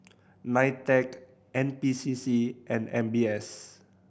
NITEC N P C C and M B S